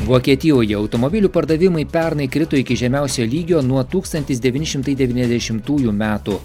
vokietijoje automobilių pardavimai pernai krito iki žemiausio lygio nuo tūkstantis devyni šimtai devyniasadešimtųjų metų